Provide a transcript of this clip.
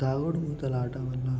దాగుడుమూతల ఆట వల్ల